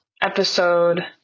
episode